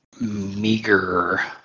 meager